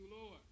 Lord